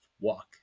walk